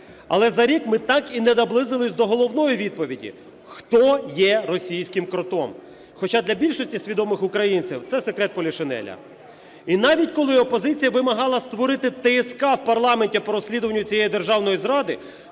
Але за рік ми так і не наблизилися до головної відповіді: хто є російським "кротом". Хоча для більшості свідомих українців це секрет Полішинеля. І навіть коли опозиція вимагала створити ТСК в парламенті по розслідуванню цієї державної зради,